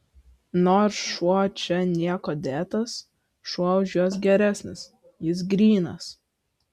nors šuo čia niekuo dėtas šuo už juos geresnis jis grynas